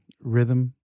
rhythm